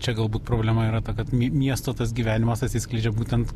čia galbūt problema yra ta kad miesto tas gyvenimas atsiskleidžia būtent